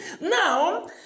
Now